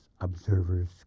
observers